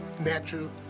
natural